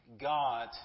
God